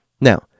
Now